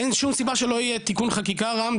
אין שום סיבה שלא יהיה תיקון חקיקה רם.